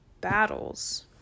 battles